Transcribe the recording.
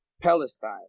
Palestine